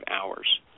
hours